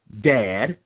dad